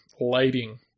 lighting